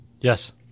Yes